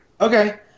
okay